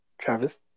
Travis